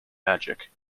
magic